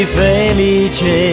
felice